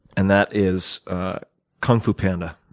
and that is kung fu panda.